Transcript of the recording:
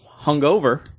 hungover